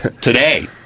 Today